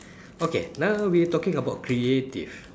okay now we talking about creative